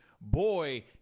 Boy